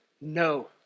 No